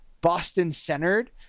Boston-centered